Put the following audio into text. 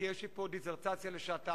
כי יש לי פה דיסרטציה לשעתיים,